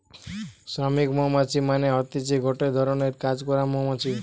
শ্রমিক মৌমাছি মানে হতিছে গটে ধরণের কাজ করা মৌমাছি